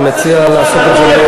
אני מציע לעשות את זה בצורה מתואמת.